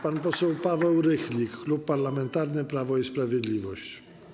Pan poseł Paweł Rychlik, Klub Parlamentarny Prawo i Sprawiedliwość.